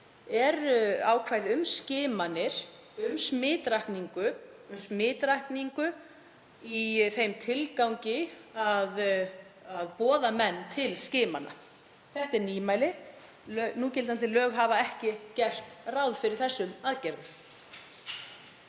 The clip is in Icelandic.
eru ákvæði um skimanir, um smitrakningu og smitrakningu í þeim tilgangi að boða menn í skimun. Þetta er nýmæli. Núgildandi lög hafa ekki gert ráð fyrir þessum aðgerðum.